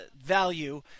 value